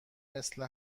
مثل